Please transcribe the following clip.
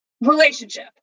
Relationship